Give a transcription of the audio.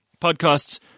Podcasts